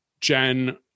Jen